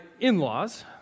in-laws